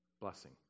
blessing